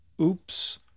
Oops